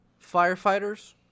Firefighters